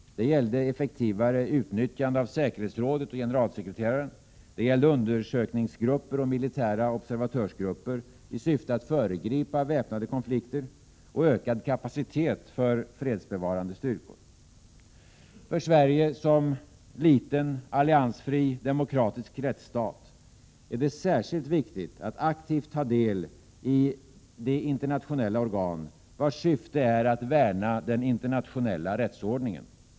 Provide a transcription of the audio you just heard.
Det gällde effektivare utnyttjande av säkerhetsrådet och generalsekreteraren. Det gällde undersökningsgrupper och militära observatörsgrupper i syfte att föregripa väpnade konflikter och ökad kapacitet för fredsbevarande styrkor. För Sverige som liten, alliansfri demokratisk rättsstat är det särskilt viktigt att aktivt ta del i de internationella organ vars syfte är att värna den internationella rättsordningen.